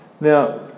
Now